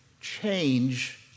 change